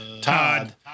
Todd